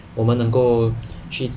我们能够去